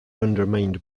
undermined